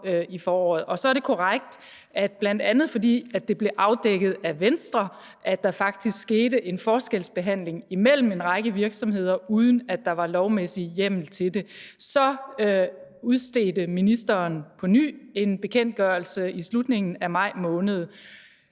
i foråret. Fordi det bl.a. blev afdækket af Venstre, at der faktisk skete en forskelsbehandling imellem en række virksomheder, uden at der var lovmæssig hjemmel til det, så udstedte ministeren på ny en bekendtgørelse i slutningen af maj måned,